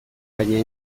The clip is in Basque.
baina